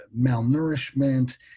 malnourishment